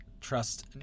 Trust